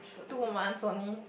two months only